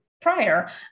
prior